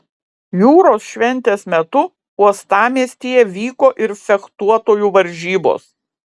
jūros šventės metu uostamiestyje vyko ir fechtuotojų varžybos